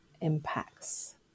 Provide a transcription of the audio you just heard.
impacts